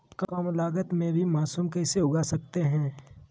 कम लगत मे भी मासूम कैसे उगा स्केट है?